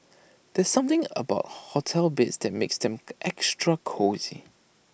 there's something about hotel beds that makes them extra cosy